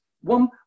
one